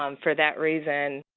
um for that reason,